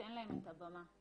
וניתן להם את הבמה.